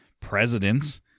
presidents